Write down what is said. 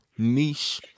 niche